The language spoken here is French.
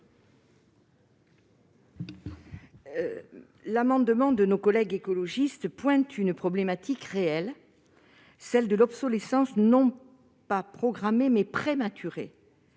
amendement, nos collègues écologistes pointent une problématique réelle, celle de l'obsolescence non pas programmée, mais prématurée.